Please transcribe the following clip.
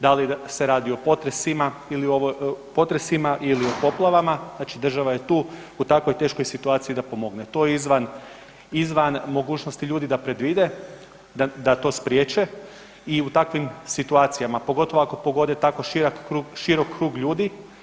Da li se radi o potresima ili poplavama, znači država je tu u takvoj teškoj situaciji da pomogne, to je izvan mogućnosti ljudi da predvide, da to spriječe i u takvim situacijama, pogotovo ako pogode tako širok krug ljudi.